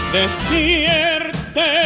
despierte